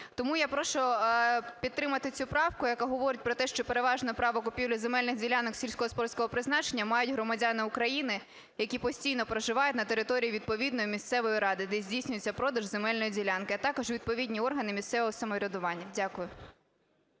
Тому я прошу підтримати цю правку, яка говорить, що "переважне право купівлі земельних ділянок сільськогосподарського призначення мають громадяни України, які постійно проживають на території відповідної місцевої ради, де здійснюється продаж земельної ділянки, а також відповідні органи місцевого самоврядування". Дякую.